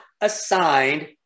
assigned